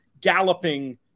galloping